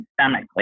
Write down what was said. systemically